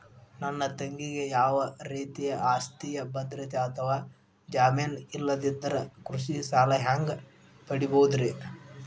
ನನ್ನ ತಂಗಿಗೆ ಯಾವ ರೇತಿಯ ಆಸ್ತಿಯ ಭದ್ರತೆ ಅಥವಾ ಜಾಮೇನ್ ಇಲ್ಲದಿದ್ದರ ಕೃಷಿ ಸಾಲಾ ಹ್ಯಾಂಗ್ ಪಡಿಬಹುದ್ರಿ?